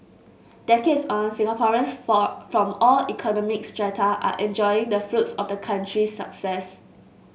decades on Singaporeans from from all economic strata are enjoying the fruits of the country's success